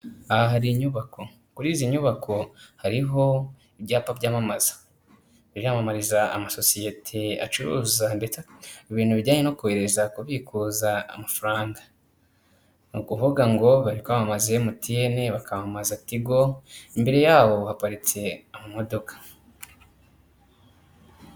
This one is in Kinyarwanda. Aha hari inyubako, kuri izi nyubako hariho ibyapa byamamaza. Biramamariza amasosiyete acuruza, ndetse ibintu bijyanye no kohereza, kubikuza amafaranga. Ni ukuvuga ngo bari kwamamaze emutiyene bakamamaza tigo imbere yaho haparitse amodoka.